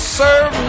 serve